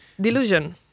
Delusion